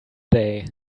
day